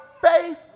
faith